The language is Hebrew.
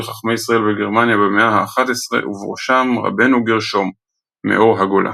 חכמי ישראל בגרמניה במאה ה-11 ובראשם רבנו גרשום מאור הגולה.